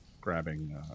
grabbing